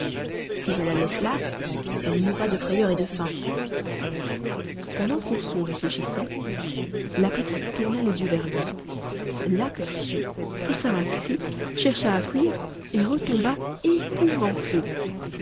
si je la laisse là elle mourra de frayeur et de faim pendant qu'ourson réfléchissait la petite tourna les yeux vers lui l'aperçut poussa un cri chercha à fuir et retomba épouvantée